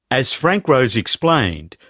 as frank rose explained,